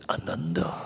ananda